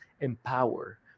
Empower